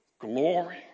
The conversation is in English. glory